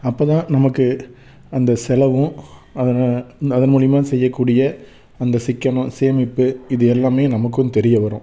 அப்போ தான் நமக்கு அந்த செலவும் அதனால் அதன் முலியமாக செய்யக்கூடிய அந்த சிக்கனம் சேமிப்பு இது எல்லாமே நமக்கும் தெரியவரும்